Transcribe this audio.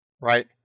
right